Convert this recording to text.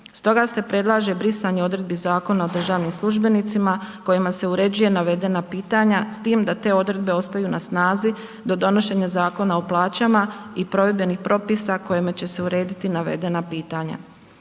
Stoga se predlaže brisanje odredbi Zakona o državnim službenicima kojima se uređuju navedena pitanja s time da te odredbe ostaju na snazi do donošenja Zakona o plaćama i provedbenih propisa kojima će se urediti navedena pitanja.